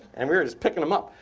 and we were just picking them up.